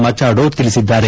Machado ತಿಳಿಸಿದ್ದಾರೆ